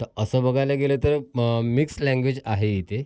तर असं बघायला गेलं तर मग मिक्स लँग्वेज आहे इथे